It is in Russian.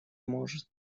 может